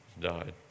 Died